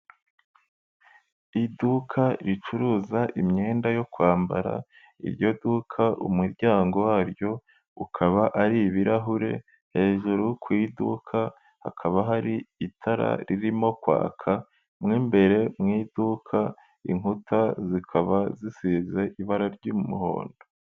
Iduka ricuruza imyenda yo kwambara, iryo duka umuryango waryo ukaba ari ibirahure, hejuru ku iduka hakaba hari itara ririmo kwaka, mo imbere mu iduka inkuta zikaba zisize ibara ry'umuhondo.